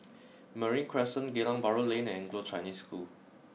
Marine Crescent Geylang Bahru Lane and Anglo Chinese School